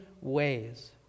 ways